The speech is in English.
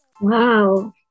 Wow